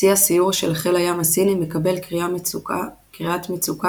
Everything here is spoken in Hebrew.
צי הסיור של חיל הים הסיני מקבל קריאת מצוקה